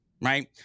right